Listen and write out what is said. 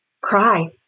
Cry